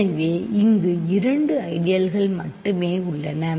எனவே இங்கே இரண்டு ஐடியல்கள் மட்டுமே உள்ளன